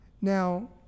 Now